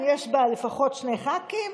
אם יש בה לפחות שני ח"כים,